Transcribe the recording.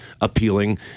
appealing